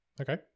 Okay